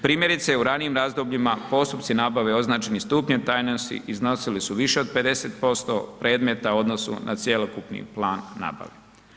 Primjerice u ranijim razdobljima postupci nabave označeni stupnjem tajnosti iznosili su više od 50% predmeta u odnosu na cjelokupni plan nabave.